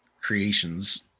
creations